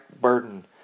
burden